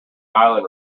island